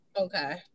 Okay